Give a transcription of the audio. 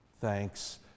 Thanks